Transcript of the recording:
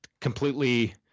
completely